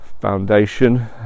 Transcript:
foundation